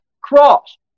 cross